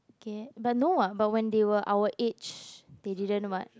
okay but no [what] but when they were our age they didn't [what]